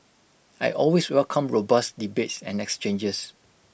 I always welcome robust debates and exchanges